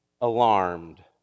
alarmed